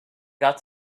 got